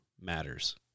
matters